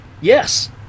yes